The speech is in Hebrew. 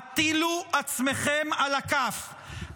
הטילו עצמכם על הכף,